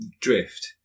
Drift